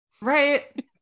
Right